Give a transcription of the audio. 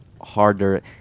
harder